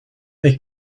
they